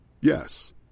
Yes